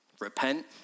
Repent